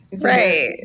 right